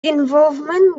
involvement